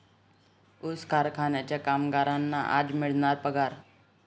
ऊस कारखान्याच्या कामगारांना आज मिळणार पगार